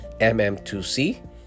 mm2c